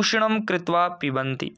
उष्णं कृत्वा पिबन्ति